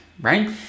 right